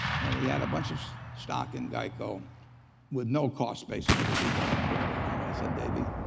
and he had a bunch of stock in geico with no cost basis because he had held it forever. and i said davey,